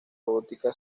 botica